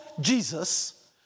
Jesus